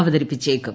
അവതരിപ്പിച്ചേക്കും